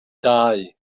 dau